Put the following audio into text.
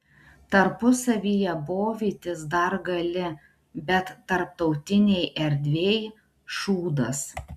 tarpusavyje bovytis dar gali bet tarptautinėj erdvėj šūdas